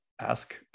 ask